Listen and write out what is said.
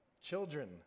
Children